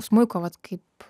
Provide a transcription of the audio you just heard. smuiko vat kaip